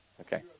Okay